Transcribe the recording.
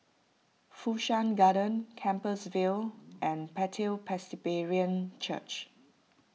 Fu Shan Garden Compassvale and Bethel Presbyterian Church